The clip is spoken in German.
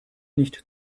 nicht